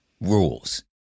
rules